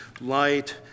light